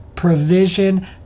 provision